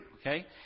okay